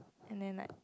and then like